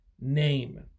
name